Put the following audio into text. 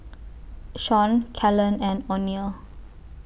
Shawn Kelan and Oneal